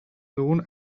dugun